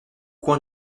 coins